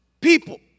people